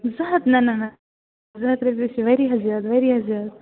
زٕ ہَتھ نہَ نہَ نہَ زٕ ہَتھ رۄپیہِ چھُ وارِیاہ زیادٕ وارِیاہ زیادٕ